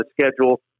schedule